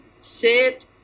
Sit